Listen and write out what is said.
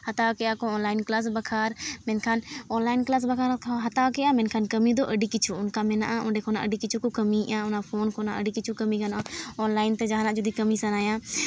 ᱦᱟᱛᱟᱣ ᱠᱮᱫ ᱟᱠᱚ ᱚᱱᱞᱟᱭᱤᱱ ᱠᱞᱟᱥ ᱵᱟᱠᱷᱨᱟ ᱢᱮᱱᱠᱷᱟᱱ ᱚᱱᱞᱟᱭᱤᱱ ᱠᱞᱟᱥ ᱵᱟᱠᱷᱨᱟ ᱠᱚ ᱦᱟᱛᱟᱣ ᱠᱮᱫᱼᱟ ᱢᱮᱱᱠᱷᱟᱱ ᱠᱟᱹᱢᱤ ᱫᱚ ᱟᱹᱰᱤ ᱠᱤᱪᱷᱩ ᱚᱱᱠᱟ ᱢᱮᱱᱟᱜᱼᱟ ᱚᱸᱰᱮ ᱠᱷᱚᱱ ᱟᱹᱰᱤ ᱠᱤᱪᱷᱩ ᱠᱚ ᱠᱟᱹᱢᱤᱭᱮᱫᱼᱟ ᱚᱱᱟ ᱯᱷᱳᱱ ᱠᱷᱚᱱᱟᱜ ᱟᱹᱰᱤ ᱠᱤᱪᱷᱩ ᱠᱟᱹᱢᱤ ᱜᱟᱱᱚᱜᱼᱟ ᱚᱱᱞᱟᱭᱤᱱ ᱛᱮ ᱡᱟᱦᱟᱱᱟᱜ ᱡᱩᱫᱤ ᱠᱟᱹᱢᱤ ᱥᱟᱱᱟᱭᱮᱭᱟ